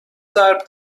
ضرب